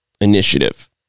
initiative